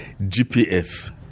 GPS